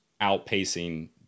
outpacing